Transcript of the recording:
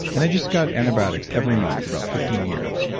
and i just got antibiotics every month for about fifteen years.